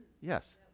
Yes